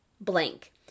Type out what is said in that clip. blank